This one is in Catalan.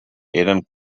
eren